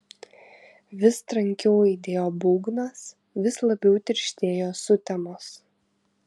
vis trankiau aidėjo būgnas vis labiau tirštėjo sutemos